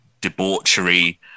debauchery